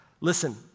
Listen